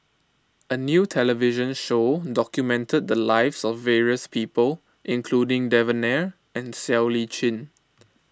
a new television show documented the lives of various people including Devan Nair and Siow Lee Chin